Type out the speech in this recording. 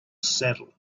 saddle